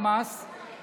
כן, אומר בג"ץ,